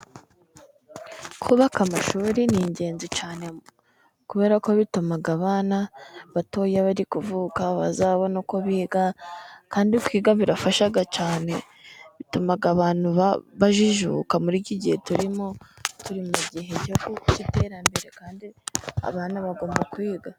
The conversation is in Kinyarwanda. Kubaka amashuri ni ingenzi cyane kubera ko bituma abana batoya bari kuvuka bazabona uko biga, kandi kwiga birafasha cyane, bituma abantu bajijuka, muri iki gihe turimo, turi mu gihe cy'iterambere kandi abana bagomba kwiga.